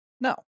No